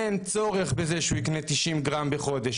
אין צורך בזה שהוא יקנה 90 גרם בחודש,